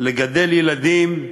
לגדל ילדים.